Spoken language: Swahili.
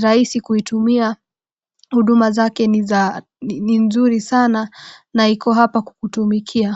rahisi kutumia, huduma zake ni muhimu sana na iko hapa kukutumikia.